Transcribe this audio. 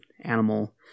animal